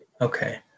Okay